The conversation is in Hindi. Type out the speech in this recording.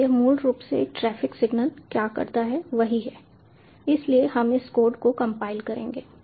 तो यह मूल रूप से एक ट्रैफिक सिग्नल क्या करता है वही है इसलिए हम इस कोड को कंपाइल करेंगे